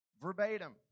verbatim